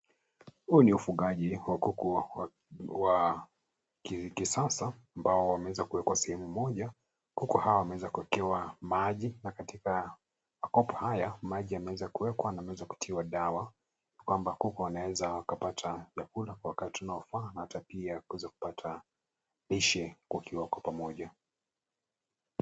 Huu ni ufungaji wa kuku wa kisasa ambao wameweza kuwekwa sehemu moja. Kuku hawa wameweza kuwekewa maji na katika makopo haya maji yameweza kuwekwa na kutiwa dawa. Hawa kuku wanaweza wakapata vyakula kwa wakati unaofaa na hata pia kuweza kupata lishe wakiwa kwa pamoja.